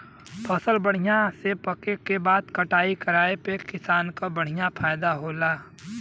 फसल बढ़िया से पके क बाद कटाई कराये पे किसान क बढ़िया फयदा होला